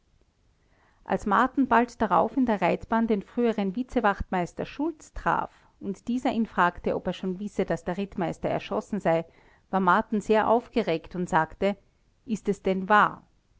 als marten bald darauf in der reitbahn den früheren vizewachtmeister schulz traf und dieser ihn fragte ob er schon wisse daß der rittmeister erschossen sei war marten sehr aufgeregt und sagte ist es denn wahr